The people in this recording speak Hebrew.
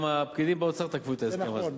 גם הפקידים באוצר תקפו אותו.